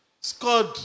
scored